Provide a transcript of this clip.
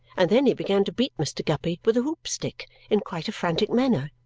and then he began to beat mr. guppy with a hoop-stick in quite a frantic manner.